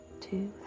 two